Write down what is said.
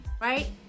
Right